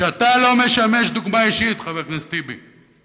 שאתה לא משמש דוגמה אישית, חבר הכנסת טיבי.